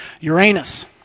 Uranus